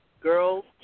Girls